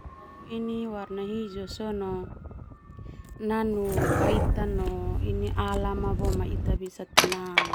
Warna hijau nanu kaitan no alam boema ita bisa tenang.